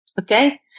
Okay